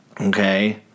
Okay